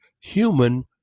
human